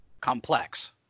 complex